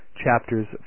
Chapters